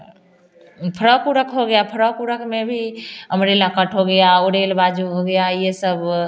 frock उरक हो गया फ्रॉक उरक में भी अमरेला कट हो गया उरेल बाजू हो गया यह सब